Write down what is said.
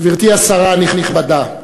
גברתי השרה הנכבדה,